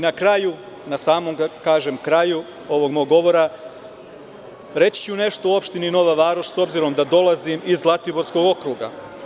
Na samom kraju ovog mog govora reći ću nešto o opštini Nova Varoš, s obzirom da dolazim iz Zlatiborskog okruga.